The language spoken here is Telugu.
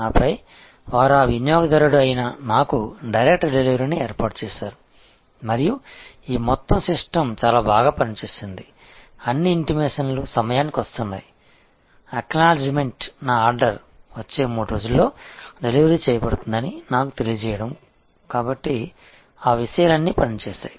ఆపై వారు ఆ వినియోగదారుడి అయిన నాకు డైరెక్ట్ డెలివరీని ఏర్పాటు చేసారు మరియు ఈ మొత్తం సిస్టమ్ చాలా బాగా పనిచేసింది అన్ని ఇంటిమేషన్ లు సమయానికి వస్తున్నాయి అక్నాలెడ్జ్మెంట్ నా ఆర్డర్ వచ్చే 3 రోజుల్లో డెలివరీ చేయబడుతుందని నాకు తెలియజేయడం కాబట్టి ఆ విషయాలన్నీ పనిచేశాయి